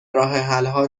راهحلها